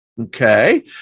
Okay